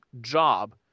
job